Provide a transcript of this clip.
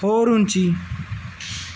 ਹੋਰ ਉੱਚੀ